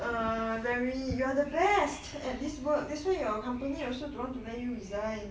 err very you are the best at this work that's why your company you also don't want to let you resign